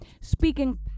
speaking